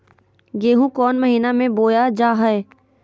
गेहूँ कौन महीना में बोया जा हाय?